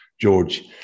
George